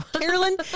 carolyn